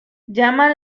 llaman